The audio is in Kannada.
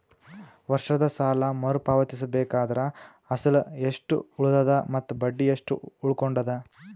ವರ್ಷದ ಸಾಲಾ ಮರು ಪಾವತಿಸಬೇಕಾದರ ಅಸಲ ಎಷ್ಟ ಉಳದದ ಮತ್ತ ಬಡ್ಡಿ ಎಷ್ಟ ಉಳಕೊಂಡದ?